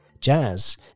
Jazz